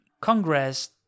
Congress